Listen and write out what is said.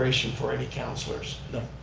for any councilors? no.